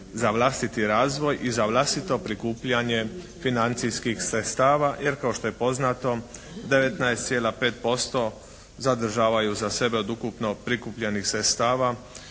za vlastiti razvoj i za vlastito prikupljanje financijskih sredstava jer kao što je poznato 19,5% zadržavaju za sebe od ukupno prikupljenih sredstava